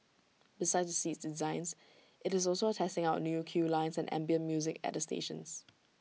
besides the seats designs IT is also testing out new queue lines and ambient music at the stations